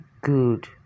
good